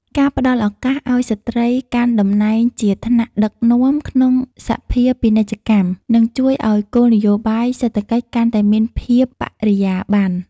ការផ្ដល់ឱកាសឱ្យស្ត្រីកាន់តំណែងជាថ្នាក់ដឹកនាំក្នុងសភាពាណិជ្ជកម្ម នឹងជួយឱ្យគោលនយោបាយសេដ្ឋកិច្ចកាន់តែមានភាពបរិយាបន្ន។